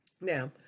Now